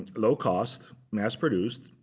low cost, mass produced.